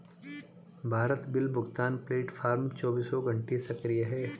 Bharat bill भुगतान platform चौबीसों घंटे सक्रिय है